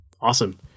Awesome